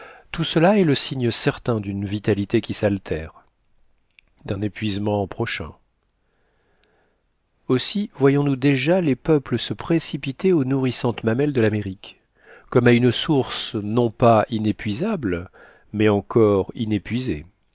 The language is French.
tout cela est le signe certain d'une vitalité qui s'altère d'un épuisement prochain aussi voyons-nous déjà les peuples se précipiter aux nourrissantes mamelles de l'amérique comme à une source non pas inépuisable mais encore inépuisée